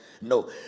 No